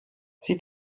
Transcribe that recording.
sie